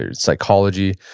ah psychology.